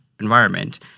environment